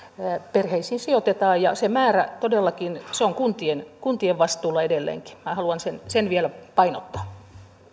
perheisiin sijoitetaan ja se määrä todellakin on kuntien kuntien vastuulla edelleenkin minä haluan sen sen vielä painottaa